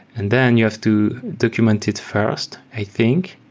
and then you have to document it first, i think.